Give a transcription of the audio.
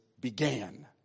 began